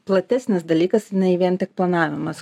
platesnis dalykas nei vien tik planavimas